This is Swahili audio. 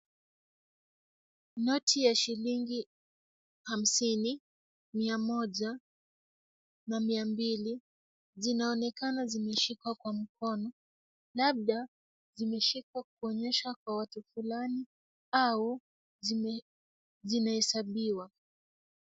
Noti ya shilingi hamsini, mia moja na mia mbili. Zinaonekana zimeshikwa kwa mkono, labda zimeshikwa kuonyeshwa kwa watu fulani au zinahesabiwa.